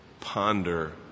Ponder